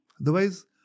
Otherwise